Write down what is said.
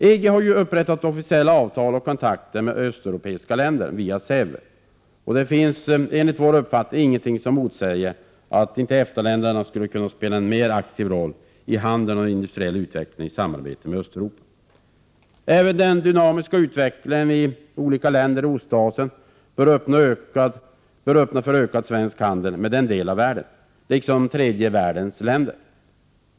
EG har upprättat officiella avtal och kontakter med östeuropeiska länder via SEV. Det finns enligt vår uppfattning ingenting som motsäger att EFTA-länderna skulle kunna spela en mera aktiv roll i handel och industriell utveckling i samarbete med Östeuropa. Även den dynamiska utvecklingen i olika länder i Ostasien bör öppna för ökad svensk handel med denna del av världen, liksom med tredje världens länder.